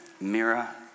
Mira